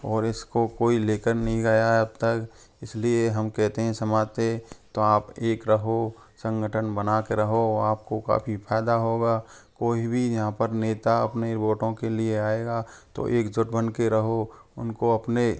और इसको कोई ले कर नहीं गया है अब तक इस लिए हम कहते हैं समाज से तो आप एक रहो संगठन बना कर रहो आप को काफ़ी फ़ायदा होगा कोई भी यहाँ पर नेता अपने वोटों के लिए आएगा तो एक जुट बन के रहो उनको अपने